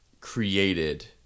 created